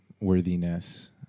worthiness